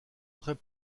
très